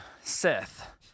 Seth